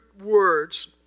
words